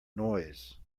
noise